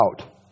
out